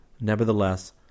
Nevertheless